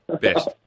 Best